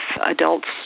adults